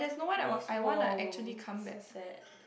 Miss Wong so sad